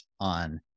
on